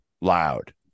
loud